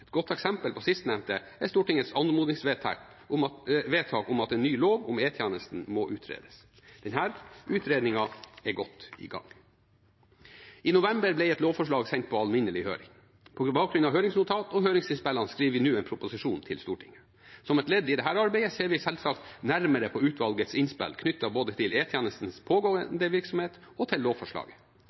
Et godt eksempel på det sistnevnte er Stortingets anmodningsvedtak om at en ny lov om E-tjenesten må utredes. Denne utredningen er godt i gang. I november ble et lovforslag sendt på alminnelig høring. På bakgrunn av høringsnotat og høringsinnspillene skriver vi nå en proposisjon til Stortinget. Som et ledd i dette arbeidet ser vi selvsagt nærmere på utvalgets innspill knyttet til både E-tjenestens pågående virksomhet og lovforslaget. Lovforslaget